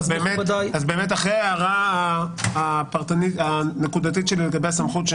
אחרי ההערה הנקודתית שלי לגבי הסמכות,